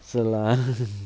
so lah